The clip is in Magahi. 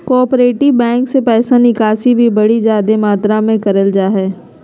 कोआपरेटिव बैंक मे पैसा निकासी भी बड़ी जादे मात्रा मे करल जा हय